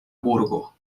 burgo